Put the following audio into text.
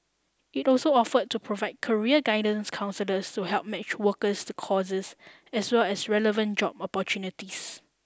it also offered to provide career guidance counsellors to help match workers to courses as well as relevant job opportunities